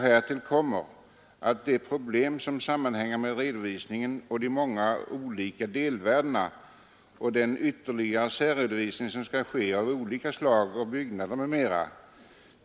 Härtill kommer de problem som sammanhänger med redovisningen av de många olika delvärdena och den ytterligare särredovisning som skall ske av olika slag av byggnader m.m.